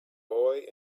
boy